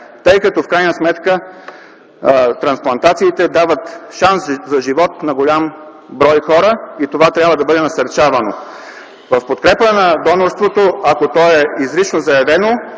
тъй като в крайна сметка трансплантациите дават шанс за живот на голям брой хора и това трябва да бъде насърчавано. В подкрепа на донорството, ако то е изрично заявено,